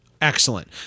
Excellent